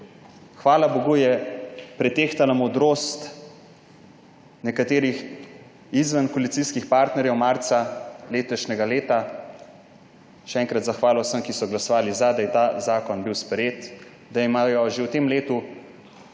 Hvala bogu, pretehtala je modrost nekaterih izvenkoalicijskih partnerjev marca letošnjega leta, še enkrat zahvala vsem, ki so glasovali za, da je bil ta zakon sprejet, da imajo že v tem letu